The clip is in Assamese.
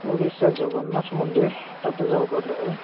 উৰিষ্যাৰ জগন্নাথ মন্দিৰ তাতেও যাব পাৰিলো হয়